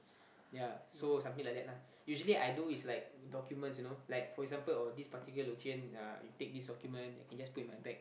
ya so something like that lah usually I do is like documents you know like for example oh this particular location I take this document can just put in my bag